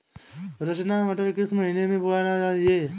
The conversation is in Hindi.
रचना मटर किस महीना में बोना चाहिए?